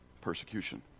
persecution